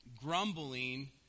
grumbling